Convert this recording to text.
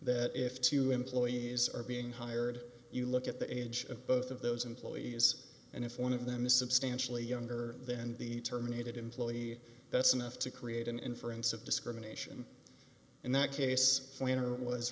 that if two employees are being hired you look at the age of both of those employees and if one of them is substantially younger then the terminated employee that's enough to create an inference of discrimination in that case was